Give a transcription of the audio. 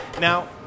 Now